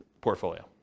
portfolio